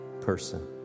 person